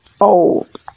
old